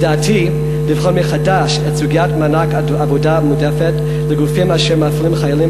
לדעתי יש לבחון מחדש את סוגיית מענק עבודה מועדפת לגופים אשר מפלים חיילים